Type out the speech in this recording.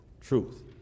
truth